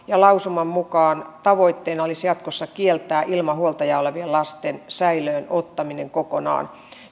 ja lausuman mukaan tavoitteena olisi jatkossa kieltää ilman huoltajaa olevien lasten säilöön ottaminen kokonaan